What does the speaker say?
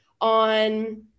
on